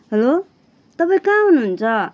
hello तपाईँ कहाँ हुनुहुन्छ